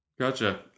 Gotcha